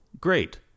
Great